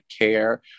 care